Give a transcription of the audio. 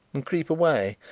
and creep away,